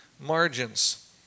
Margins